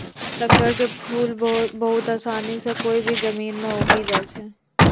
तग्गड़ के फूल बहुत आसानी सॅ कोय भी जमीन मॅ उगी जाय छै